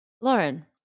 Lauren